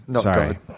Sorry